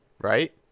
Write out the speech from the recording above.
right